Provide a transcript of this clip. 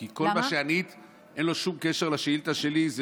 כי כל מה שענית אין לו שום קשר לשאילתה שלי.